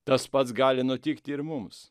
tas pats gali nutikti ir mums